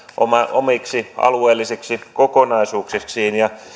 omiksi alueellisiksi kokonaisuuksikseen ja